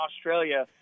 Australia